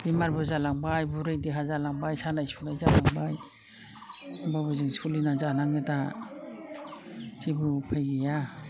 बेमारबो जालांबाय बुरै देहा जालांबाय सानाय सुनाय जालांबाय होनबाबो जों सोलिनानै जानाङो दा जेबो उफाय गैया